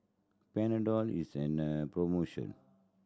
Panadol is an promotion